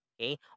Okay